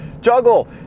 juggle